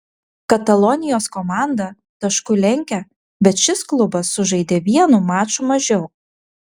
katalonijos komanda tašku lenkia bet šis klubas sužaidė vienu maču mažiau